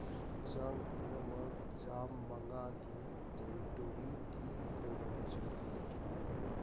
ꯍꯛꯆꯥꯡ ꯄꯨꯝꯅꯃꯛ ꯖꯥꯝ ꯃꯉꯥꯒꯤ ꯇꯦꯔꯤꯇꯣꯔꯤꯒꯤ ꯀꯣꯔꯗꯤꯅꯦꯁꯟꯗ ꯄꯨꯈꯤ